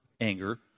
anger